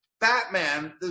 Batman